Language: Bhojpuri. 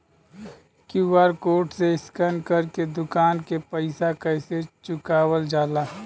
क्यू.आर कोड से स्कैन कर के दुकान के पैसा कैसे चुकावल जाला?